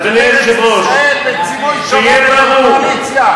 לא אמרתי כסף, אמרתי מטוסים.